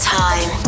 time